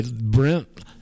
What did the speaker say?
Brent